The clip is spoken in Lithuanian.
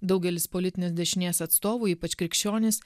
daugelis politinės dešinės atstovų ypač krikščionys